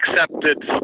accepted